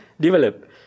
develop